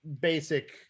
basic